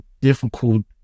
difficult